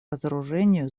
разоружению